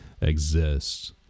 exists